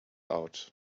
out